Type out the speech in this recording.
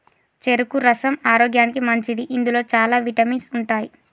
చెరుకు రసం ఆరోగ్యానికి మంచిది ఇందులో చాల విటమిన్స్ ఉంటాయి